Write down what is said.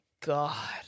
god